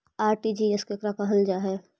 RTGS केकरा कहल जा है?